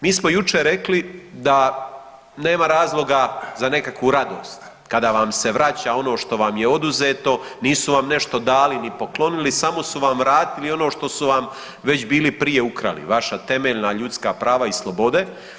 Mi smo jučer rekli da nema razloga za nekakvu radost kada vam se vraća ono što vam je oduzeto, nisu vam nešto dali ni poklonili samo su vam vratili ono što su vam već bili prije ukrali, vaša temeljna ljudska prava i slobode.